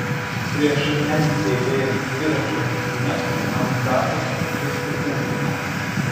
prieš mtb dviračių lenktynes namų darbus atlikti būtina